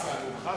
חסן, הוא חסן.